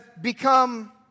become